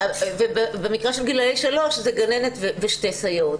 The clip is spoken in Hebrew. במקרה של גילאי שלוש זה גננת ושתי סייעות,